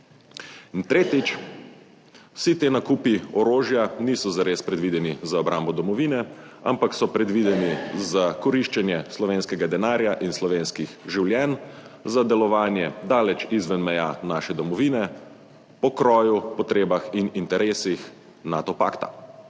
In tretjič, vsi ti nakupi orožja niso zares predvideni za obrambo domovine, ampak so predvideni za koriščenje slovenskega denarja in slovenskih življenj, za delovanje daleč izven meja naše domovine, po kroju, potrebah in interesih Nato pakta.